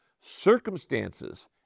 circumstances